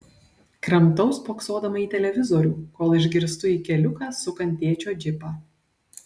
kramtau spoksodama į televizorių kol išgirstu į keliuką sukant tėčio džipą